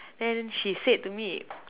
then she said to me